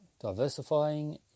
Diversifying